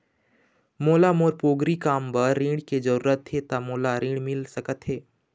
मोला मोर पोगरी काम बर ऋण के जरूरत हे ता मोला ऋण मिल सकत हे?